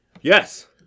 Yes